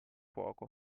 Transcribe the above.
fuoco